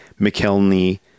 McKelney